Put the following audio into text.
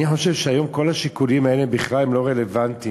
אני חושב שהיום כל השיקולים האלה בכלל לא רלוונטיים.